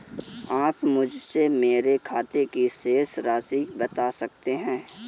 आप मुझे मेरे खाते की शेष राशि बता सकते हैं?